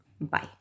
bye